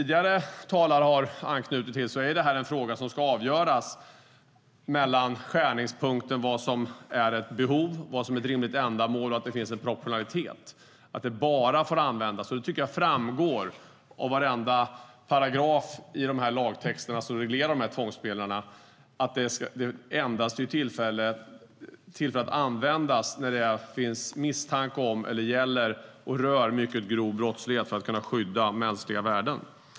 Det här är en fråga som befinner sig i skärningspunkten mellan vad som är ett behov, vad som är ett rimligt ändamål och att det ska finnas en proportionalitet. Det ska bara få användas - och det framgår av varenda paragraf i de lagtexter som reglerar tvångsmedlen - när det finns misstanke om mycket grov brottslighet för att man ska kunna skydda mänskliga värden.